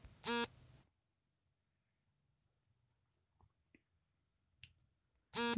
ಮರಳು ಮಿಶ್ರಿತ ಮಣ್ಣು, ನದಿತೀರದ ಮಣ್ಣು, ಸಮುದ್ರತೀರದ ಮಣ್ಣು ಮುಂತಾದ ಮಣ್ಣಿನ ಬಗೆಗಳಿವೆ